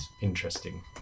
interesting